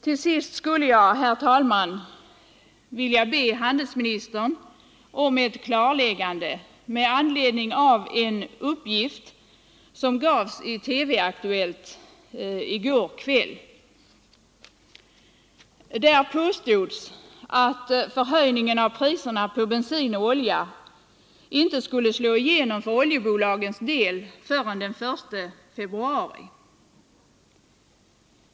Till sist skulle jag, herr talman, vilja be handelsministern om ett klarläggande med anledning av en uppgift som i går kväll gavs i Aktuellt i TV. Där påstods att förhöjningen av priserna på bensin och olja inte skulle slå igenom för oljebolagens del förrän den 1 februari.